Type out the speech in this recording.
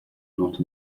not